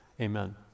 amen